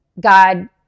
God